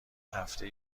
هفته